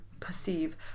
Perceive